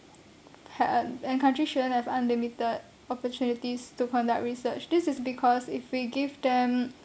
and and country shouldn't have unlimited opportunities to conduct research this is because if we give them